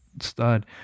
stud